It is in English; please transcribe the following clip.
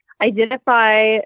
identify